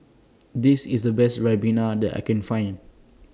This IS The Best Ribena that I Can Find